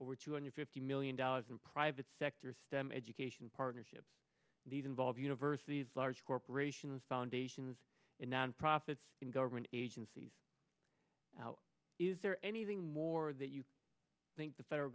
over two hundred fifty million dollars in private sector stem education partnerships these involve universities large corporations foundations and non profits and government agencies is there anything more that you think the federal